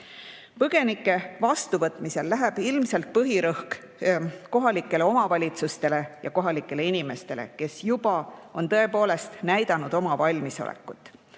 Põgenike vastuvõtmisel läheb ilmselt põhirõhk kohalikele omavalitsustele ja kohalikele inimestele, kes juba ongi näidanud oma valmisolekut.